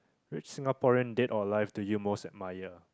which Singaporean dead or alive do you most admire